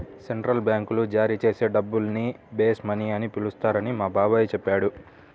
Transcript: central బ్యాంకులు జారీ చేసే డబ్బుల్ని బేస్ మనీ అని పిలుస్తారని మా బాబాయి చెప్పాడు